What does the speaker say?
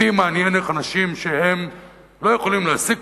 אותי מעניין איך אנשים שלא יכולים להשיג